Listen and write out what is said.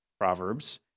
Proverbs